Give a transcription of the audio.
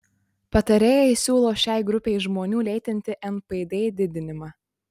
patarėjai siūlo šiai grupei žmonių lėtinti npd didinimą